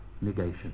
negation